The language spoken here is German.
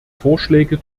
vorschläge